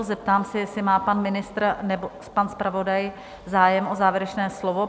Zeptám se, jestli má pan ministr nebo pan zpravodaj zájem o závěrečné slovo?